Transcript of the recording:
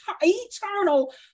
eternal